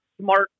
smart